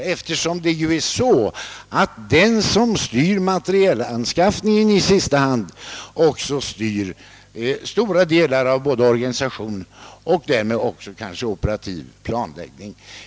Den som styr materielanskaffningen styr nämligen i sista hand också stora delar av organisationen och därmed den operativa planläggningen.